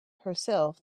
herself